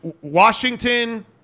Washington